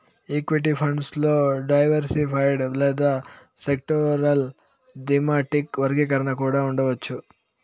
equity funds లో diversified లేదా sectoral, thematic వర్గీకరణ కూడా ఉండవచ్చు